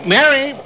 Mary